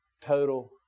total